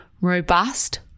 robust